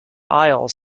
aisles